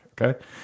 Okay